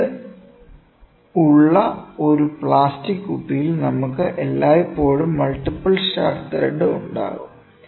lid ഉള്ള ഒരു plastic കുപ്പിയിൽ നമുക്ക് എല്ലായ്പ്പോഴും മൾട്ടിപ്പിൾ സ്റ്റാർട്ട് ത്രെഡ് ഉണ്ടാകും